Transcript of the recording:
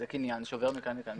זה קניין שעובר מכאן לכאן.